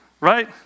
right